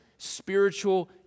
Spiritual